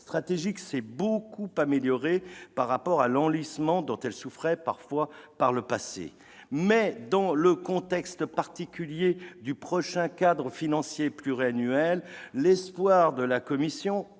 stratégiques s'est largement améliorée par rapport à l'enlisement dont elle souffrait parfois dans le passé. Mais, dans le contexte particulier du prochain cadre financier pluriannuel, l'espoir de la Commission-